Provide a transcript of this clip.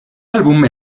álbum